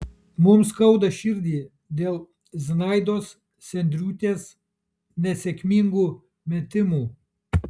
mums skauda širdį dėl zinaidos sendriūtės nesėkmingų metimų